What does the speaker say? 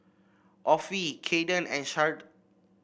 Offie Kayden and Sharde